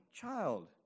child